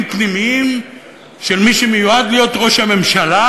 פנימיים של מי שמיועד להיות ראש הממשלה.